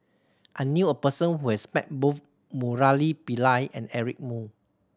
I knew a person who has met both Murali Pillai and Eric Moo